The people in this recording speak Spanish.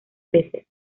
peces